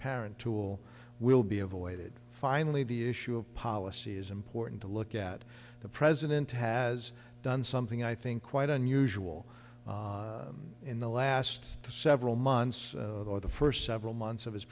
parent tool will be avoided finally the issue of policy is important to look at the president has done something i think quite unusual in the last several months or the first several months of his